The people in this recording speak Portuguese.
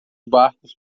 barcos